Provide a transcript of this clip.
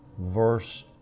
verse